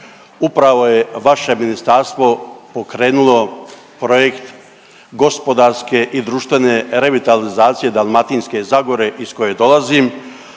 Upravo je vaše ministarstvo pokrenulo projekt gospodarske i društvene revitalizacije Dalmatinske zagore iz koje dolazim,